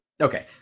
Okay